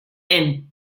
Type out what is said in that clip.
and